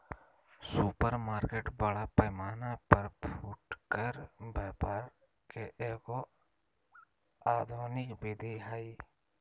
supermarket बड़ा पैमाना पर फुटकर व्यापार के एगो आधुनिक विधि हइ